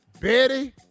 Betty